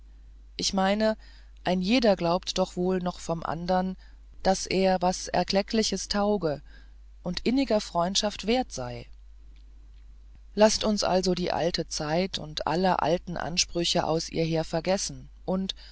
ich meine ein jeder glaubt doch wohl noch vom andern daß er was erkleckliches tauge und inniger freundschaft wert sei laßt uns also die alte zeit und alle alte ansprüche aus ihr her vergessen und